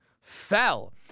fell